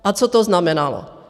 A co to znamenalo?